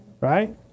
Right